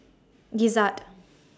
Gizzard